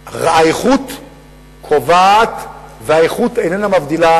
ברור לי לחלוטין שאנשים איבדו את האמון בהתחלה,